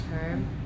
term